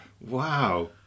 wow